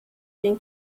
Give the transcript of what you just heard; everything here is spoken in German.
den